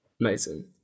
Amazing